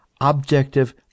objective